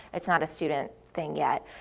it's not a student thing yet.